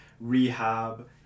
rehab